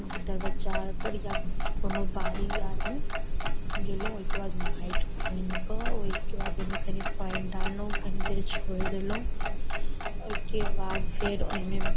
दरबाजा आरपर या कोनो बाड़ी आरमे गेलहुँ ओइके बाद माटि खुनिकऽ ओइके बाद ओइमे कनि पानि डाललहुँ कनि देर छोड़ि देलहुँ ओइके बाद फेर ओइमे